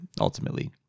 ultimately